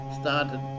started